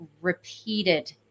repeated